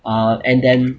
uh and then